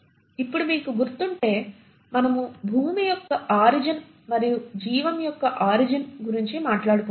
ఇప్పుడు మీకు గుర్తుంటే మనము భూమి యొక్క ఆరిజిన్ మరియు జీవం యొక్క ఆరిజిన్ గురించి మాట్లాడుకున్నాము